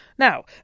Now